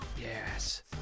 Yes